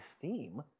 theme